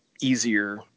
easier